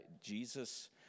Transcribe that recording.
Jesus